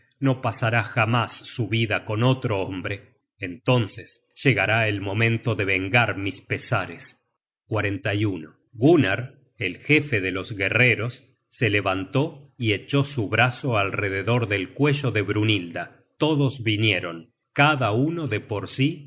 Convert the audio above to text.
no pasará jamás su vida con otro hombre entonces llegará el momento de vengar mis pesares gunnar el jefe de los guerreros se levantó y echó su brazo alrededor del cuello de brynhilda todos vinieron cada uno de por sí